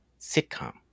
sitcom